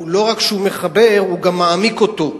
לא רק שהוא מחבר, הוא גם מעמיק אותו.